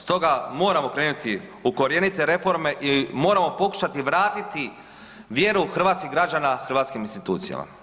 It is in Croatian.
Stoga moramo krenuti u korjenite reforme i moramo pokušati vjeru hrvatskih građana hrvatskim institucijama.